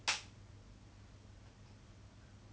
okay I guess but death penalty